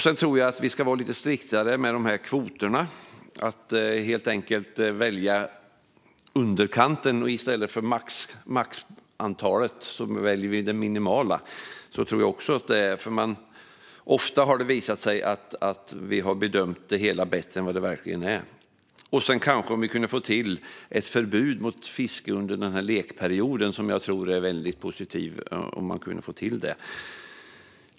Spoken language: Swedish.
Jag tror också att vi ska vara lite striktare med kvoterna och i stället för maxkvoter helt enkelt välja det minimala. Ofta har det nämligen visat sig att vi har bedömt det hela som bättre än det verkligen är. Om vi kunde få till ett förbud mot fiske under lekperioden tror jag också att det skulle vara väldigt positivt.